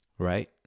Right